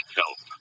help